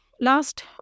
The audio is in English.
last